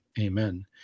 Amen